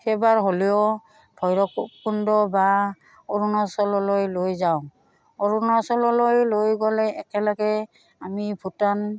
এবাৰ হ'লেও ভৈৰৱকুণ্ড বা অৰুণাচললৈ লৈ যাওঁ অৰুণাচললৈ লৈ গ'লে একেলগে আমি ভূটান